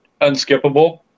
unskippable